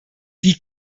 die